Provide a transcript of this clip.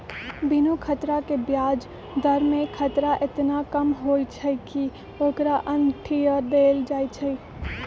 बिनु खतरा के ब्याज दर में खतरा एतना कम होइ छइ कि ओकरा अंठिय देल जाइ छइ